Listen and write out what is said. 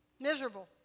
miserable